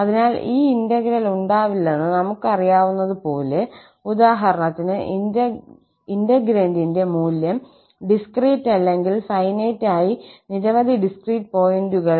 അതിനാൽ ഈ ഇന്റഗ്രൽ ഉണ്ടാവില്ലെന്ന് നമുക്കറിയാവുന്നതുപോലെ ഉദാഹരണത്തിന് ഇന്റെഗ്രേന്റിന്റെ മൂല്യം ഡിസ്ക്രീറ്റ് അല്ലെങ്കിൽ ഫൈനൈറ്റ് ആയ നിരവധി ഡിസ്ക്രീറ്റ് പോയിന്റുകളിൽ